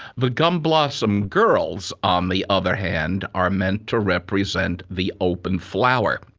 the gum blossom girls, on the other hand, are meant to represent the open flower.